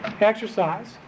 Exercise